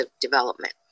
development